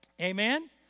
Amen